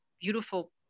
beautiful